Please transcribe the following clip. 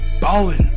ballin